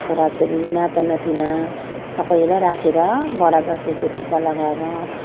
छोरा छोरी नाता नातिना सबलाई राखेर बडा दसैँको टिका लगाएर